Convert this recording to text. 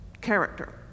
character